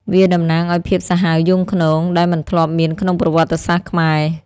វាតំណាងឱ្យភាពសាហាវយង់ឃ្នង ដែលមិនធ្លាប់មានក្នុងប្រវត្តិសាស្ត្រខ្មែរ។